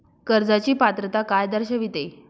कर्जाची पात्रता काय दर्शविते?